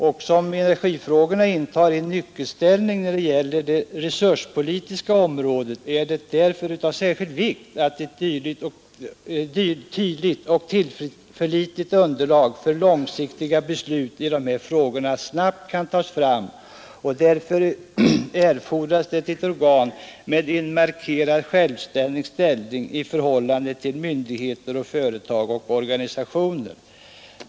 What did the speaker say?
Och eftersom energifrågorna intar en nyckelställning på det resurspolitiska området, är det av särskild vikt att ett tydligt och tillförlitligt underlag för långsiktiga beslut i de här frågorna snabbt kan tas fram, Därför erfordras det ett organ med en markerad självständig ställning i förhållande till myndigheter, företag och organisationer.